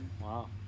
Wow